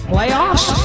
Playoffs